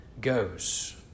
goes